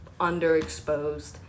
underexposed